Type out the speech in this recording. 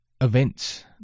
events